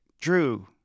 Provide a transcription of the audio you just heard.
Drew